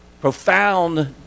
profound